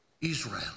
Israel